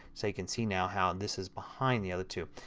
so you can see now how this is behind the other two.